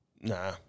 Nah